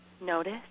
Notice